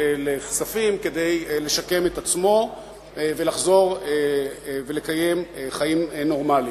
לכספים כדי לשקם את עצמו ולחזור ולקיים חיים נורמליים.